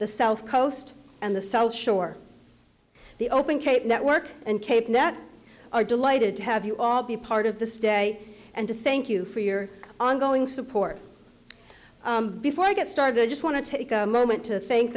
the south coast and the south shore the open cape network and cape nat are delighted to have you all be part of this day and to thank you for your ongoing support before i get started i just want to take a moment to